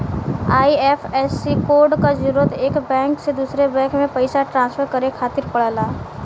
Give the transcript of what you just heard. IFSC code क जरूरत एक बैंक से दूसरे बैंक में पइसा ट्रांसफर करे खातिर पड़ला